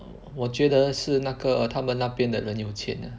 oh 我觉得是那个他们那边的人有钱 eh